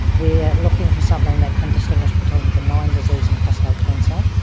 we're looking for something that can distinguish between benign disease and prostate cancer,